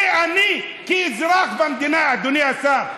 כי אני אזרח במדינה, אדוני השר.